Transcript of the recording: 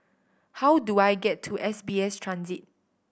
how do I get to S B S Transit